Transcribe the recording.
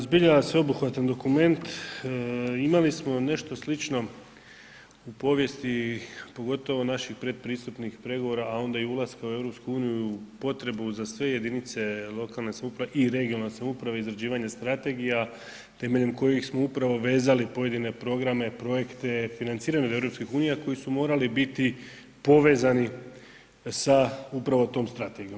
Zbilja sveobuhvatan dokument, imali smo nešto slično u povijesti pogotovo naših pretpristupnih pregovora a onda i ulaska u EU potrebu za sve jedinice lokalne samouprave i regionalne samouprave izrađivanje strategija temeljem kojih smo upravo vezali pojedine programe, projekte, financiranih od EU koji su morali biti povezani sa upravo tom strategij9om.